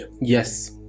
yes